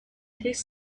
his